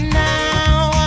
now